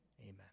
Amen